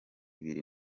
ibiro